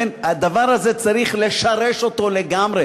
לכן הדבר הזה, צריך לשרש אותו לגמרי.